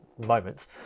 moments